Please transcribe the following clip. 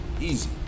easy